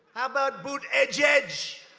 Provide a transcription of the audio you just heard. about buttigieg.